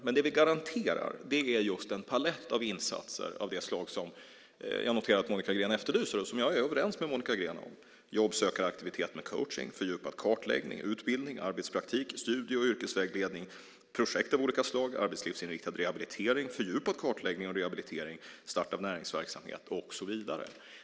Men det vi garanterar är en palett av insatser av det slag som jag noterar att Monica Green efterlyser och som jag är överens med Monica Green om: jobbsökaraktivitet med coachning, fördjupad kartläggning, utbildning, arbetspraktik, studie och yrkesvägledning, projekt av olika slag, arbetslivsinriktad rehabilitering, fördjupad kartläggning av rehabilitering, start av näringsverksamhet och så vidare.